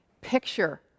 picture